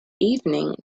evening